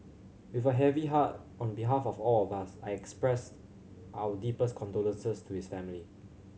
with a heavy heart on behalf of all of us I expressed our deepest condolences to his family